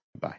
bye